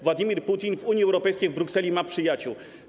Władimir Putin w Unii Europejskiej, w Brukseli ma przyjaciół.